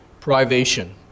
privation